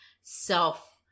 self